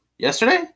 Yesterday